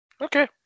okay